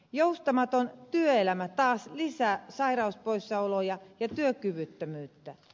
joustamaton työelämä taas lisää sairauspoissaoloja ja työkyvyttömyyttä